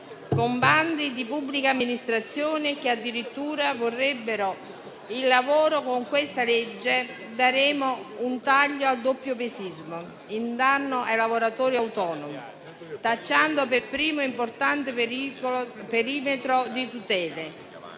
con bandi di pubblica amministrazione che addirittura vorrebbero il lavoro gratis. Con questa legge daremo un taglio al doppiopesismo in danno ai lavoratori autonomi, tracciando un primo e importante perimetro di tutele.